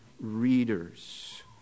readers